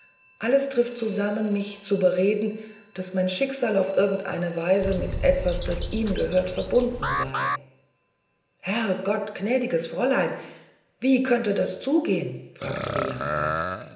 alles trifft zusammen mich zu bereden daß mein schicksal auf irgend eine weise mit etwas das ihm angehört verbunden sey herr gott gnädiges fräulein wie könnte das zugehen fragte bianca